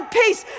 peace